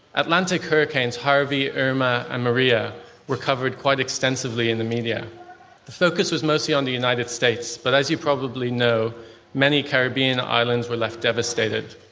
atlantic hurricanes harvey, irma and maria were covered quite extensively in the media the focus was mostly on the united states, but as you probably know many caribbean islands were left devastated.